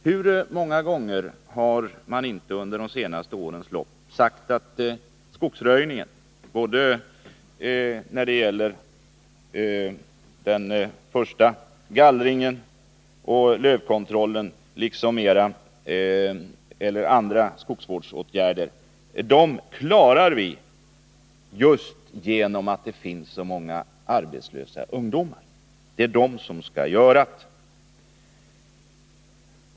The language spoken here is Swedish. Hur många gånger har man inte under de senaste åren sagt att skogsröjningen — när det gäller såväl den första röjningen och lövkontrollen som andra skogsvårdsåtgärder — klaras just därför att det finns så många arbetslösa ungdomar. Det är de som skall göra”t.